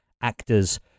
actors